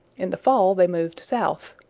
in the fall they moved south.